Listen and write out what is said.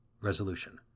Resolution